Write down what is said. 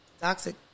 Toxic